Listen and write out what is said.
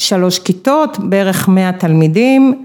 ‫שלוש כיתות, בערך 100 תלמידים.